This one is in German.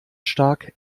stark